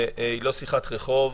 היא לא שיחת רחוב,